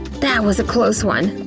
that was a close one.